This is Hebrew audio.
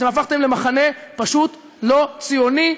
אתם הפכתם למחנה פשוט לא ציוני,